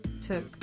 took